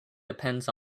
depends